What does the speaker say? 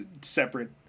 separate